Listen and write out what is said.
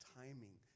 timing